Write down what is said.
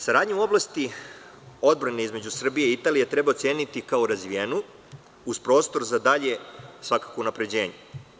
Saradnja u oblasti odbrane između Srbije i Italije treba oceniti kao razvijenu, uz prostor za dalje unapređenje.